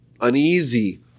uneasy